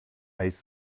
ice